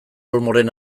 olmoren